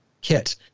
kit